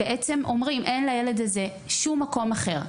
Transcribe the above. מגבים ואומרים: אין לילד הזה שום מקום אחר,